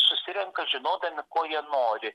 susirenka žinodami ko jie nori